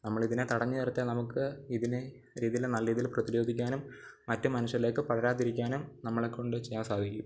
നമ്മളിതിനെ തടഞ്ഞു നിര്ത്തി നമുക്ക് ഇതിനെ രീതിയിൽ നല്ല രീതിയിൽ പ്രതിരോധിക്കാനും മറ്റു മനുഷ്യരിലേക്ക് പടരാതിരിക്കാനും നമ്മളെ കൊണ്ട് ചെയ്യാൻ സാധിക്കും